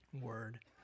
word